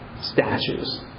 statues